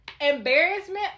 embarrassment